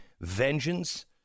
vengeance